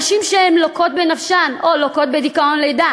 נשים שלוקות בנפשן או לוקות בדיכאון אחרי לידה